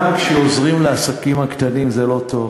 גם כשעוזרים לעסקים הקטנים זה לא טוב?